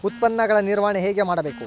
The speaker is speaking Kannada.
ಉತ್ಪನ್ನಗಳ ನಿರ್ವಹಣೆ ಹೇಗೆ ಮಾಡಬೇಕು?